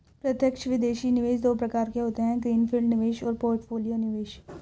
प्रत्यक्ष विदेशी निवेश दो प्रकार के होते है ग्रीन फील्ड निवेश और पोर्टफोलियो निवेश